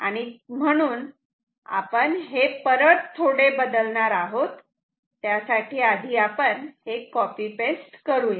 आणि म्हणून आपण हे परत थोडे बदलणार आहोत त्यासाठी हे आपण कॉपी पेस्ट करूयात